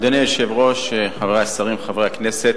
אדוני היושב-ראש, חברי השרים, חברי הכנסת,